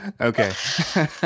Okay